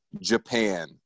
japan